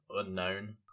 unknown